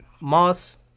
Moss